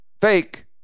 fake